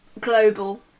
global